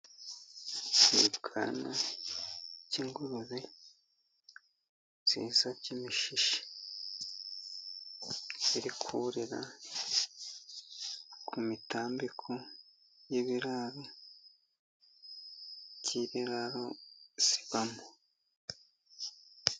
Ikibwana cy'ingurube cyiza cy'umushishe. Kiri kurira ku mitambiko y'ibiraro, y'ikiraro zibamo.